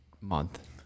month